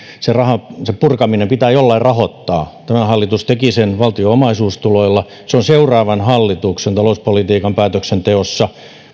sen korjausvelan purkaminen pitää jollain rahoittaa tämä hallitus teki sen valtion omaisuustuloilla se on seuraavan hallituksen talouspolitiikan päätöksenteossa